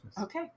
okay